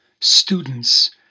students